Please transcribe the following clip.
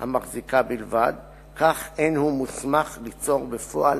המחזיקה בלבד, כך אין הוא מוסמך ליצור בפועל